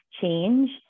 change